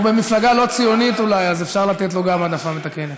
הוא במפלגה לא ציונית אולי אז אפשר לתת לו גם העדפה מתקנת.